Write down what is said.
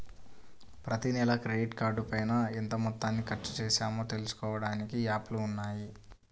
ప్రతినెలా క్రెడిట్ కార్డుపైన ఎంత మొత్తాన్ని ఖర్చుచేశామో తెలుసుకోడానికి యాప్లు ఉన్నయ్యి